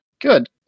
Good